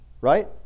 right